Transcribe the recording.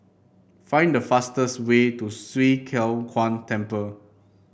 find the fastest way to Swee Kow Kuan Temple